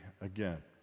again